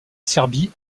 serbie